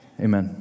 Amen